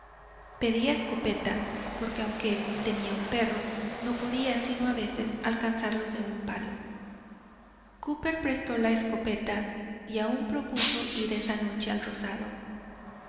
pedía escopeta porque aunque él tenía un perro no podía sino a veces alcanzarlos de un palo cooper prestó la escopeta y aún propuso ir esa noche al rozado